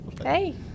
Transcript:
Hey